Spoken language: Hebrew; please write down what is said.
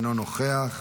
אינו נוכח,